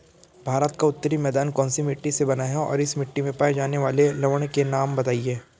भारत का उत्तरी मैदान कौनसी मिट्टी से बना है और इस मिट्टी में पाए जाने वाले लवण के नाम बताइए?